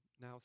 Now